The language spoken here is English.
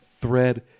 thread